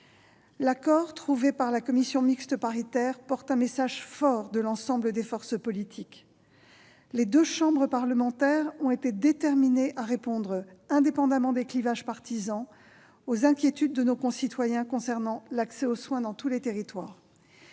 L'accord trouvé par la commission mixte paritaire porte un message fort de l'ensemble des forces politiques. Les deux chambres parlementaires ont été déterminées à répondre indépendamment des clivages partisans aux inquiétudes de nos concitoyens concernant l'accès aux soins dans tous les territoires.